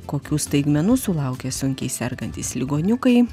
kokių staigmenų sulaukia sunkiai sergantys ligoniukai